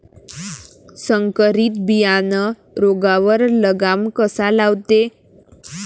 संकरीत बियानं रोगावर लगाम कसा लावते?